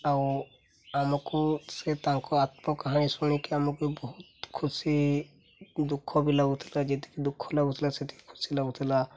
ଆଉ ଆମକୁ ସେ ତାଙ୍କ ଆତ୍ମକାହାଣୀ ଶୁଣିକି ଆମକୁ ବହୁତ ଖୁସି ଦୁଃଖ ବି ଲାଗୁଥିଲା ଯେତିକି ଦୁଃଖ ଲାଗୁଥିଲା ସେତିକି ଖୁସି ଲାଗୁଥିଲା